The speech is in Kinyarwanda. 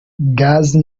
gazi